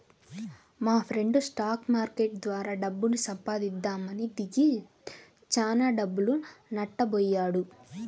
మాఫ్రెండు stock market ద్వారా డబ్బు సంపాదిద్దామని దిగి చానా డబ్బులు నట్టబొయ్యాడు